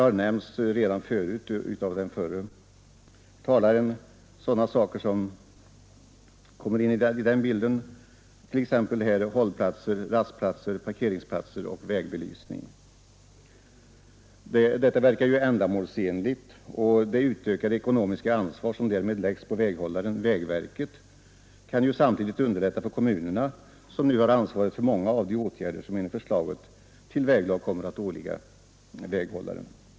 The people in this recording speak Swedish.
Här har av den föregående talaren nämnts hållplatser, rastplatser, parkeringsplatser och vägbelysning. Detta verkar ju ändamålsenligt. Det ökade ekonomiska ansvar som därmed läggs på väghållaren, vägverket, kan samtidigt underlätta för kommunerna, som nu har ansvaret för många av de åtgärder som enligt förslaget till väglag kommer att åvila väghållaren.